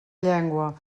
llengua